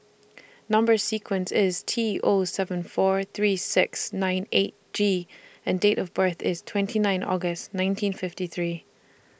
Number sequence IS T O seven four three six nine eight G and Date of birth IS twenty nine August nineteen fifty three